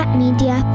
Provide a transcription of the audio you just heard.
media